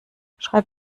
schreib